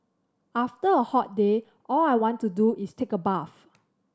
after a hot day all I want to do is take a bath